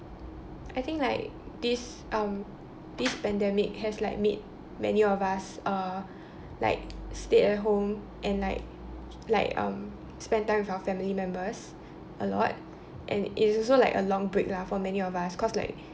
I think like this um this pandemic has like made many of us uh like stay at home and like like um spend time with our family members a lot and it is also like a long break lah for many of us cause like